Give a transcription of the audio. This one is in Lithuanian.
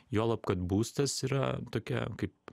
juolab kad būstas yra tokia kaip